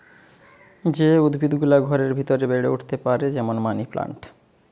যে উদ্ভিদ গুলা ঘরের ভিতরে বেড়ে উঠতে পারে যেমন মানি প্লান্ট